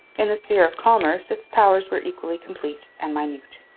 in the sphere of commerce its powers were equally complete and minute.